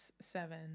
seven